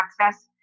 access